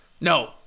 no